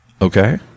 Okay